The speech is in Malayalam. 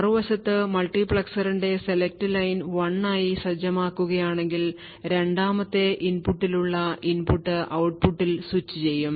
മറുവശത്ത് മൾട്ടിപ്ലക്സറിന്റെ സെലക്ട് ലൈൻ 1 ആയി സജ്ജമാക്കുകയാണെങ്കിൽ രണ്ടാമത്തെ ഇൻപുട്ടിലുള്ള ഇൻപുട്ട് ഔട്ട്പുട്ടിൽ സ്വിച്ചുചെയ്യും